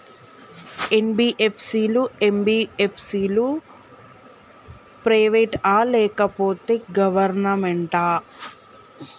NBFC లు, MBFC లు private ఆ లేకపోతే గవర్నమెంటా?